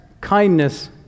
kindness